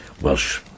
Welsh